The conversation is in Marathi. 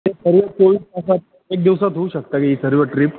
हे सर्व चोवीस तासात एक दिवसात होऊ शकता का ही सर्व ट्रिप